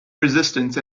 resistance